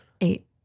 Eight